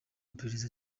iperereza